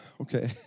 okay